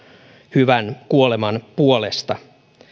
hyvän kuoleman puolesta